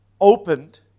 opened